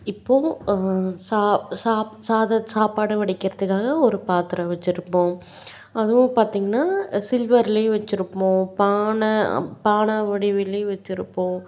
இப்போது சா சாப் சாதம் சாப்பாடு வடிக்கிறத்துக்காக ஒரு பாத்திரம் வெச்சுருப்போம் அதுவும் பார்த்தீங்கன்னா சில்வர்லேயும் வெச்சுருப்போம் பானை பானை வடிவிலேயும் வெச்சுருப்போம்